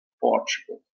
Portugal